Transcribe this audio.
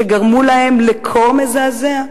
שגרמו להם לקור מזעזע?